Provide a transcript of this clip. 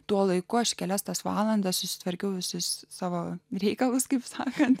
tuo laiku aš kelias tas valandas susitvarkiau visus savo reikalus kaip sakant